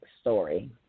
story